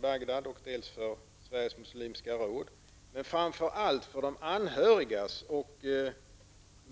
För mina vänners skull, för Sveriges Muslimska råds och framför allt för